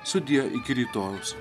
sudie iki rytojaus